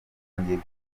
kubwira